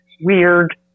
weird